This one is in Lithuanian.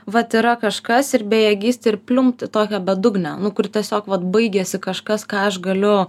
vat yra kažkas ir bejėgystė ir pliumpt į tokią bedugnę nu kur tiesiog vat baigiasi kažkas ką aš galiu